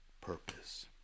purpose